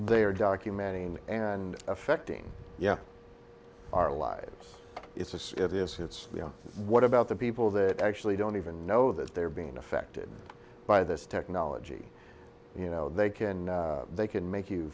they are documented in and affecting yeah our lives it's as if it's you know what about the people that actually don't even know that they're being affected by this technology you know they can they can make you